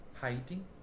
hiding